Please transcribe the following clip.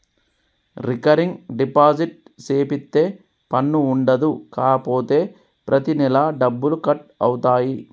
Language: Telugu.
రికరింగ్ డిపాజిట్ సేపిత్తే పన్ను ఉండదు కాపోతే ప్రతి నెలా డబ్బులు కట్ అవుతాయి